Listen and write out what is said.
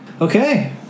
Okay